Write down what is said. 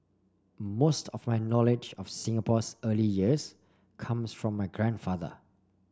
most of my knowledge of Singapore's early years comes from my grandfather